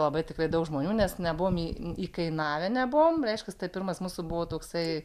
labai tikrai daug žmonių nes nebuvom įkainavę nebuvom reiškias tai pirmas mūsų buvo toksai